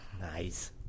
Nice